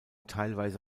teilweise